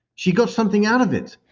she got something out of it,